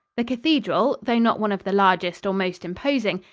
the cathedral, though not one of the largest or most imposing,